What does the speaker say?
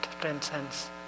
transcends